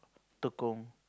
Tekong